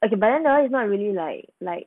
okay but then hor it's not really like like